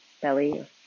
belly